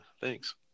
thanks